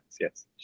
yes